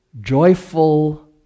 joyful